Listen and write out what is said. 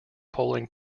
polling